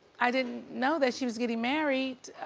i didn't know that she was getting married.